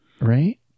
Right